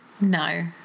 no